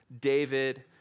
David